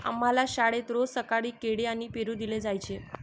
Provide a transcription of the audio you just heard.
आम्हाला शाळेत रोज सकाळी केळी आणि पेरू दिले जायचे